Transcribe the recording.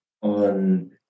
on